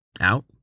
Out